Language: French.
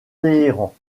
téhéran